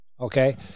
okay